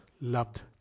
loved